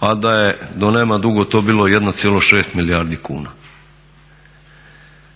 a da je do nema dugo to bilo 1,6 milijardi kuna.